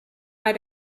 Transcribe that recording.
bei